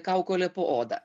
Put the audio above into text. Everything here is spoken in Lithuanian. kaukolė po oda